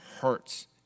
hurts